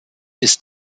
ist